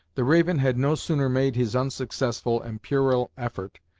the raven had no sooner made his unsuccessful and puerile effort,